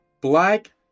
black